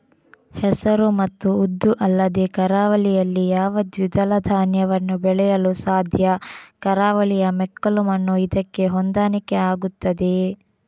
ಹೆಸರು ಮತ್ತು ಉದ್ದು ಅಲ್ಲದೆ ಕರಾವಳಿಯಲ್ಲಿ ಯಾವ ದ್ವಿದಳ ಧಾನ್ಯವನ್ನು ಬೆಳೆಯಲು ಸಾಧ್ಯ? ಕರಾವಳಿಯ ಮೆಕ್ಕಲು ಮಣ್ಣು ಇದಕ್ಕೆ ಹೊಂದಾಣಿಕೆ ಆಗುತ್ತದೆಯೇ?